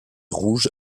rouge